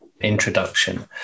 introduction